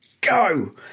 go